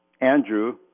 Andrew